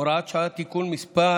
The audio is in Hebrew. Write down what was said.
הוראת שעה, תיקון) (תיקון מס'